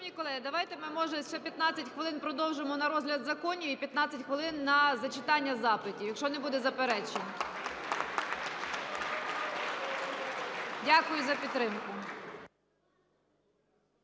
Дякую за підтримку.